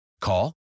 Call